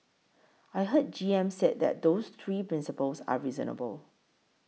I heard G M said that those three principles are reasonable